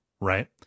right